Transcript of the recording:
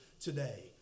today